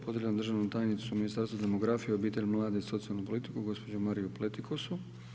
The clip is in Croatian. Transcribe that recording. Pozdravljam državnu tajnicu u Ministarstvu demografiju, mlade i socijalnu politiku gospođu Mariju Pletikosu.